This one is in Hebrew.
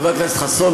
חבר הכנסת חסון,